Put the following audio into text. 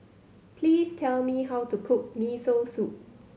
please tell me how to cook Miso Soup